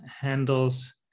handles